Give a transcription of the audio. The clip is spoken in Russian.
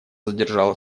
задержала